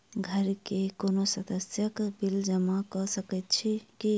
घरक कोनो सदस्यक बिल जमा कऽ सकैत छी की?